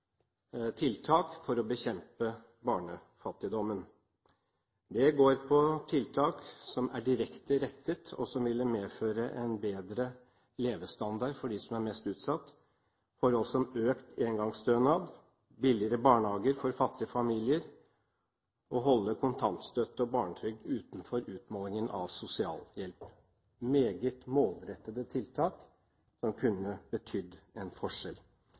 tiltak for å bekjempe barnefattigdommen. Det går på direkte målrettede tiltak, som vil medføre en bedre levestandard for dem som er mest utsatt: økt engangsstønad, billigere barnehager for fattige familier, holde kontantstøtte og barnetrygd utenfor utmålingen av sosialhjelp – meget målrettede tiltak som kunne betydd en forskjell.